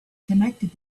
connected